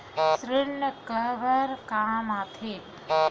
ऋण काबर कम आथे?